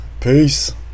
Peace